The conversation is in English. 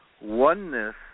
Oneness